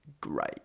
great